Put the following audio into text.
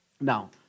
Now